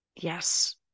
Yes